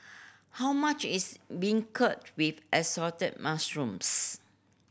how much is beancurd with Assorted Mushrooms